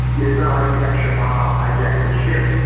it's not like you have shabaab hijacking ships,